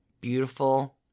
beautiful